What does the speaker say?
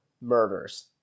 murders